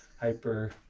hyper